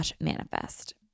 manifest